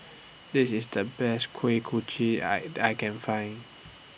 This IS The Best Kuih Kochi I I Can Find